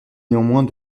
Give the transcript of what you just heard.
néanmoins